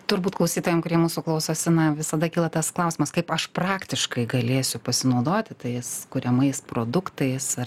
turbūt klausytojam kurie mūsų klausosi na visada kyla tas klausimas kaip aš praktiškai galėsiu pasinaudoti tais kuriamais produktais ar